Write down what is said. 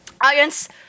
audience